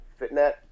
Fitnet